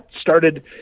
started